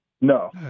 No